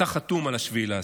אתה חתום על 7 באוקטובר.